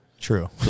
True